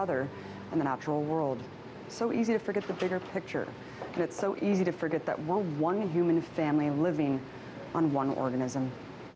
other and the natural world so easy to forget the bigger picture it's so easy to forget that we're one human family living on one organism